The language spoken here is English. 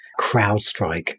CrowdStrike